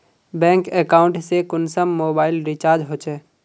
Bank account से कुंसम mobile recharge होचे?